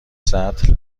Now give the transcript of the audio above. سطل